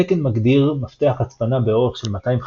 התקן מגדיר מפתח הצפנה באורך של 256